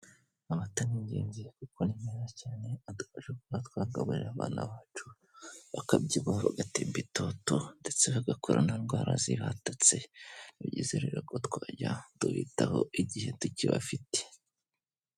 Amata ni ingenzi ariko ni meza cyane adufasha kuba twagaburira abana bacu bakabyibuha bagatemba itoto ndetse bagakura nta ndwara zibatatse ni byiza rero ko twajya tubitaho igihe tukibafite.